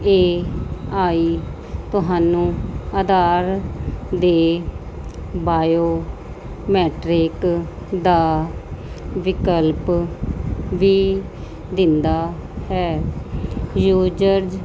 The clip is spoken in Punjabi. ਏ ਆਈ ਤੁਹਾਨੂੰ ਆਧਾਰ ਦੇ ਬਾਇਓ ਮੈਟਰਿਕ ਦਾ ਵਿਕਲਪ ਵੀ ਦਿੰਦਾ ਹੈ ਯੂਜਰਜ